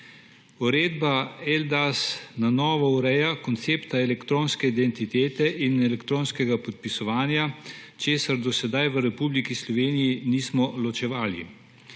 Uredba eIDAS na novo ureja koncepta elektronske identitete in elektronskega podpisovanja, česar do sedaj v Republiki Sloveniji nismo ločevali.